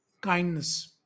kindness